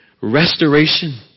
restoration